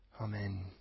Amen